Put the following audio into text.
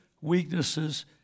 weaknesses